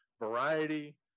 variety